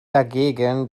dagegen